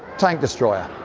tank destroyer.